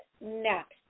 next